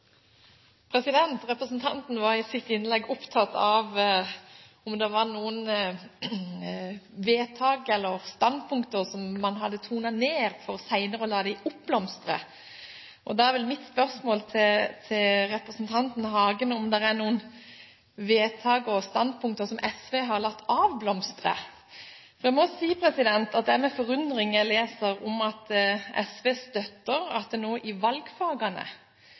Representanten var i sitt innlegg opptatt av om det var noen vedtak eller standpunkt som man hadde tonet ned for senere å la dem blomstre opp. Da er mitt spørsmål til representanten Hagen om det er noen vedtak og standpunkt som SV har latt avblomstre. For jeg må si at det er med forundring jeg leser at SV støtter at valgfagene nå